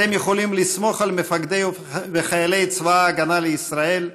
אתם יכולים לסמוך על מפקדי וחיילי צבא הגנה לישראל,